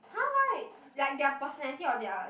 !huh! why like their personality or their